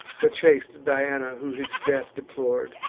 but chaste diana, who his death deplor'd,